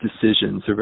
decisions